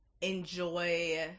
enjoy